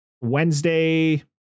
Wednesday